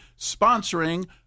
sponsoring